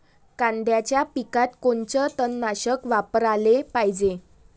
कांद्याच्या पिकात कोनचं तननाशक वापराले पायजे?